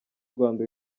rwanda